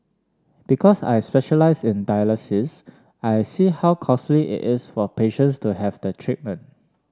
because I specialize in dialysis I see how costly is for patients to have the treatment